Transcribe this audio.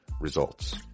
results